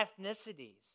ethnicities